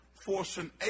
forcing